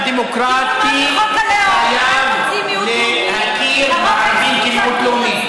גם לרוב יש זכויות.